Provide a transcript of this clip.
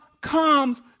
comes